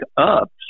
up